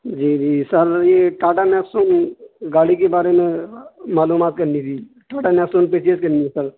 جی جی سر یہ ٹاٹا نیکسون گاڑی کے بارے میں معلومات کرنی تھی ٹاٹا نیکسون پرچیز کرنی ہے سر